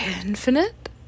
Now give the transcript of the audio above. infinite